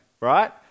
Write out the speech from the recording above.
right